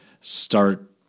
start